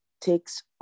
takes